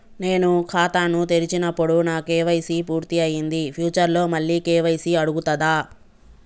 నేను ఖాతాను తెరిచినప్పుడు నా కే.వై.సీ పూర్తి అయ్యింది ఫ్యూచర్ లో మళ్ళీ కే.వై.సీ అడుగుతదా?